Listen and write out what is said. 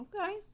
Okay